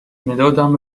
مدادم